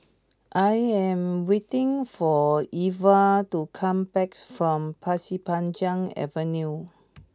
I am waiting for Elva to come back from Pasir Panjang Avenue